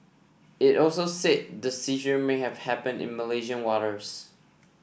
it also said the seizure may have happened in Malaysian waters